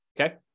okay